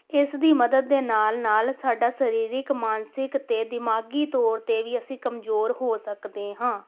ਇਸ ਦੀ ਮਦਦ ਦੇ ਨਾਲ ਨਾਲ ਸਾਡਾ ਸਰੀਰਿਕ ਮਾਨਸਿਕ ਅਤੇ ਦਿਮਾਗੀ ਤੌਰ 'ਤੇ ਵੀ ਅਸੀਂ ਕਮਜ਼ੋਰ ਹੋ ਸਕਦੇ ਹਾਂ